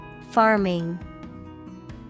Farming